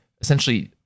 essentially